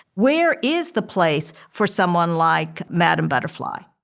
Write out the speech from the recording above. where is the place for someone like madam butterfly?